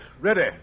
ready